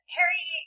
Harry